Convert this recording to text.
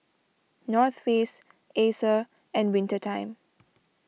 North Face Acer and Winter Time